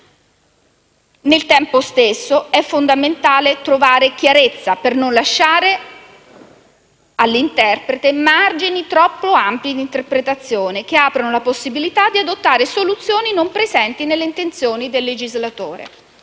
Al tempo stesso, è fondamentale trovare chiarezza per non lasciare all'interprete margini troppo ampi di interpretazione, che aprono la possibilità di adottare soluzioni non presenti nelle intenzioni del legislatore.